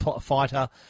fighter